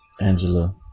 angela